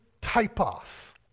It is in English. typos